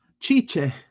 Chiche